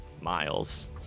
Miles